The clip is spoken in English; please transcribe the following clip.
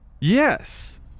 Yes